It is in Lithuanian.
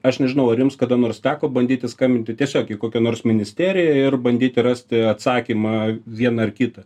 aš nežinau ar jums kada nors teko bandyti skambinti tiesiog į kokią nors ministeriją ir bandyti rasti atsakymą į vieną ar kitą